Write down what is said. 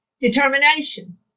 Determination